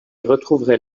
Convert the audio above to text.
retrouvais